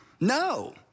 No